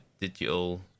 digital